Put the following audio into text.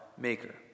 maker